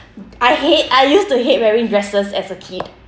I hate I used to hate wearing dresses as a kid